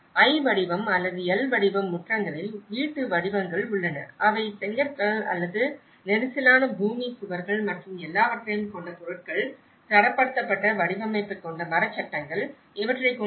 I வடிவம் அல்லது L வடிவ முற்றங்களில் வீட்டு வடிவங்கள் உள்ளன அவை செங்கற்கள் அல்லது நெரிசலான பூமி சுவர்கள் மற்றும் எல்லாவற்றையும் கொண்ட பொருட்கள் தரப்படுத்தப்பட்ட வடிவமைப்பைக் கொண்ட மரச்சட்டங்கள் இவற்றை கொண்டுள்ளன